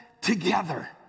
together